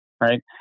right